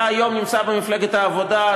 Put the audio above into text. אתה נמצא היום במפלגת העבודה.